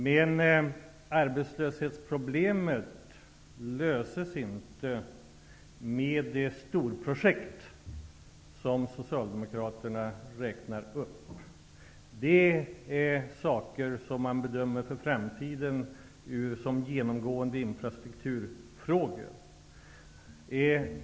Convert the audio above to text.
Men arbetslöshetsproblemet löses inte med de storprojekt som Socialdemokraterna räknar upp. Det är saker som man för framtiden genomgående bedömer vara infrastrukturfrågor.